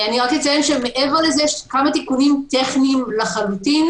מעבר לזה שכל התיקונים טכניים לחלוטין